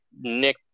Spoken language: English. Nick